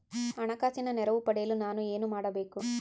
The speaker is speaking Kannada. ಹಣಕಾಸಿನ ನೆರವು ಪಡೆಯಲು ನಾನು ಏನು ಮಾಡಬೇಕು?